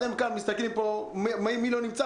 אז הם גם מי לא נמצא?